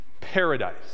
paradise